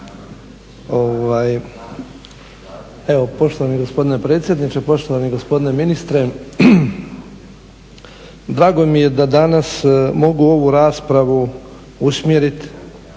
Evo poštovani gospodine predsjedniče, poštovani gospodine ministre drago mi je da danas mogu ovu raspravu usmjeriti